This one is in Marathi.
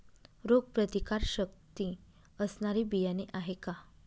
रोगप्रतिकारशक्ती असणारी बियाणे आहे का?